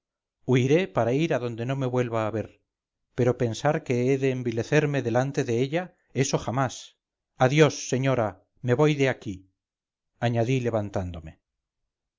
huiré para ir a donde no me vuelva a ver pero pensar que he de envilecerme delante de ella eso jamás adiós señora me voy de aquí añadí levantándome